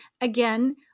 again